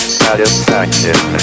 satisfaction